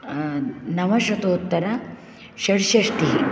नवशतोत्तरषट्षष्ठिः